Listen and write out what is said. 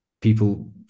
people